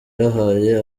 yahaye